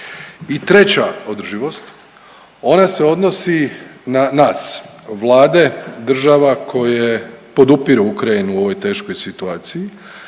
treća održivost, ona se odnosi na nas, vlade država koje podupiru Ukrajinu u ovoj teškoj situaciji